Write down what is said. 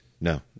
No